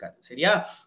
Seria